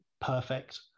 perfect